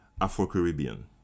afro-caribbean